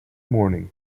morning